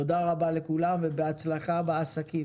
תודה רבה לכולם ובהצלחה בעסקים.